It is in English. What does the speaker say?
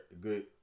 good